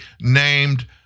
named